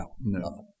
No